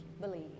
believe